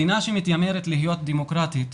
מדינה שמתיימרת להיות דמוקרטית,